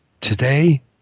Today